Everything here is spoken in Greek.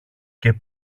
και